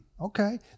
okay